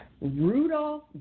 Rudolph